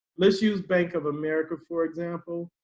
let's use bank of america for example,